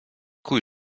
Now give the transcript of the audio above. kuj